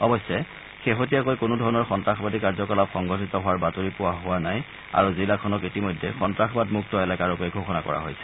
অৱশ্যে জিলাখনত শেহতীয়াকৈ কোনোধৰণৰ সন্তাসবাদী কাৰ্যকলাপ সংঘটিত হোৱাৰ বাতৰি পোৱা হোৱা নাই আৰু জিলাখনত ইতিমধ্যে সন্তাসবাদ মুক্ত এলেকাৰূপে ঘোষণা কৰা হৈছে